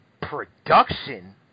production